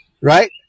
Right